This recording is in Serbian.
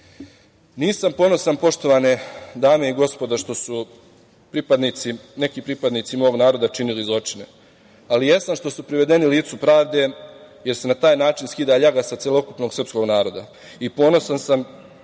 ponosan poštovane dame i gospodo što su neki pripadnici mog naroda činili zločine, ali jesam što su privedeni licu pravde, jer se na taj način skida ljaga sa celokupnog srpskog naroda. Ponosan sam